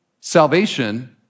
Salvation